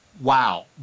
Wow